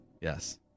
Yes